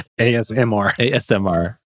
asmr